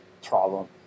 Problem